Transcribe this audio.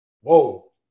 whoa